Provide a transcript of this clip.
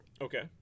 Okay